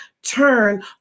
turn